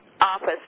office